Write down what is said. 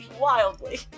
wildly